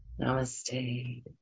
Namaste